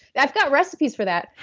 i've got recipes for that.